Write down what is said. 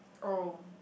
oh